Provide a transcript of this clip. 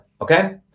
Okay